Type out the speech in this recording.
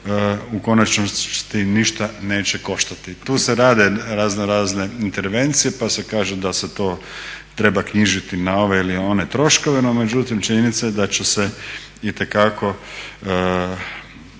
u konačnici ništa neće koštati. Tu se rade raznorazne intervencije pa se kaže da se to treba knjižiti na ove ili one troškove, no međutim činjenica je da će se itekako